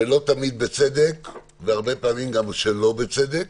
לא תמיד בצדק, והרבה פעמים גם שלא בצדק.